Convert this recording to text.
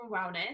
Wellness